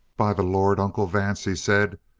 by the lord, uncle vance, he said,